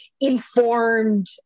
informed